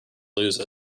lose